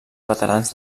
veterans